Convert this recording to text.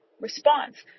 response